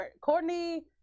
Courtney